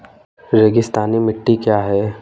रेगिस्तानी मिट्टी क्या है?